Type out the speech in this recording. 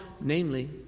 namely